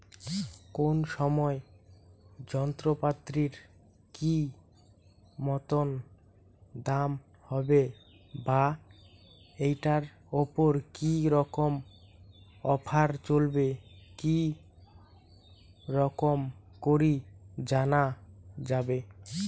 কোন সময় যন্ত্রপাতির কি মতন দাম হবে বা ঐটার উপর কি রকম অফার চলছে কি রকম করি জানা যাবে?